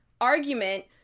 argument